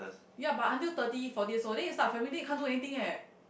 ya but until thirty forty years old then you start family you can't do anything eh